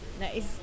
nice